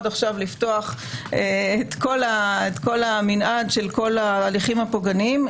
עכשיו לפתוח את כל המנעד של כל ההליכים הפוגעניים.